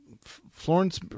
Florence